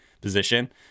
position